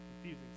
confusing